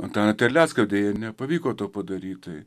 antaną terlecką deja nepavyko to padaryti tai